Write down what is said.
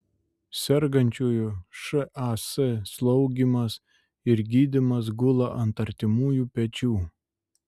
sergančiųjų šas slaugymas ir gydymas gula ant artimųjų pečių